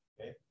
Okay